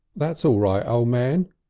that's all right, o' man,